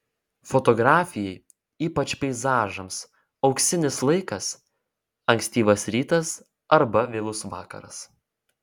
fotografijai ypač peizažams auksinis laikas ankstyvas rytas arba vėlus vakaras